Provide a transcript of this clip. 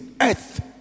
earth